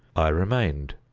i remained,